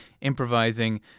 improvising